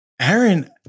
Aaron